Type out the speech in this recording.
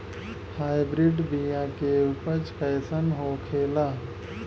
Hybrid बीया के उपज कैसन होखे ला?